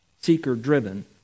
seeker-driven